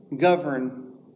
govern